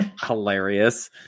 hilarious